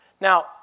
Now